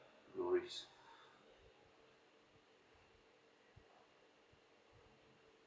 no worries